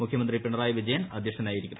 മുഖ്യമന്ത്രി പിണറായി വിജയൻ അദ്ധ്യക്ഷനായിരിക്കും